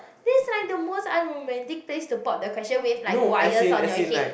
this like the most unromantic place to pop the question with like wires on your head